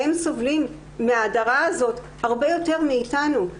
הם סובלים מההדרה הזאת הרבה יותר מאתנו.